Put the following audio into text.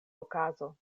okazo